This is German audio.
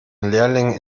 lehrling